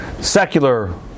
Secular